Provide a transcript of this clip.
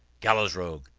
gallows rogue,